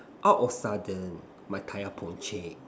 out of sudden my tire punctured